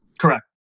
correct